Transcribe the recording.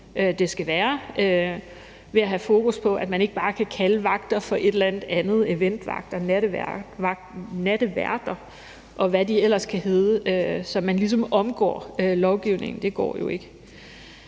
det skal være, ved at have fokus på, at man ikke bare kan kalde vagter for et eller andet andet – eventvagter, natteværter, og hvad de eller kan hedde – så man ligesom omgår lovgivningen. Det går jo ikke.